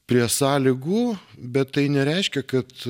prie sąlygų bet tai nereiškia kad